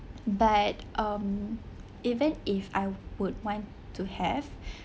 but um even if I would want to have